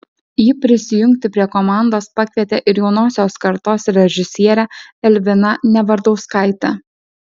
ji prisijungti prie komandos pakvietė ir jaunosios kartos režisierę elviną nevardauskaitę